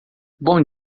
boa